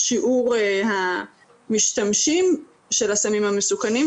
בשיעור המשתמשים של הסמים המסוכנים,